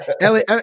Ellie